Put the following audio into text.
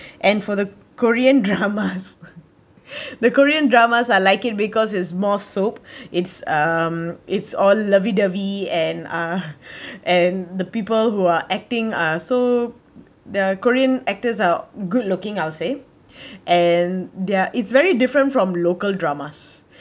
and for the korean dramas the korean dramas I like it because it's more soap it's um it's all lovey dovey and uh and the people who are acting uh so there are korean actors are good looking I'll say and there it's very different from local dramas